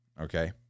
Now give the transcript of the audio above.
Okay